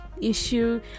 issue